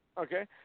Okay